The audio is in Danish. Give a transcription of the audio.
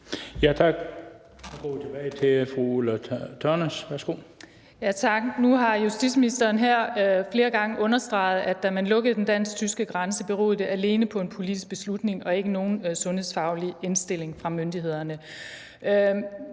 (V): Tak. Nu har justitsministeren her flere gange understreget, at da man lukkede den dansk-tyske grænse, beroede det alene på en politisk beslutning og ikke nogen sundhedsfaglig indstilling fra myndighederne.